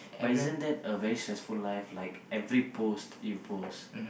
but isn't that a very stressful life like every post you post